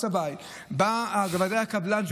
בא צבעי או בוודאי קבלן,